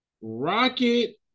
Rocket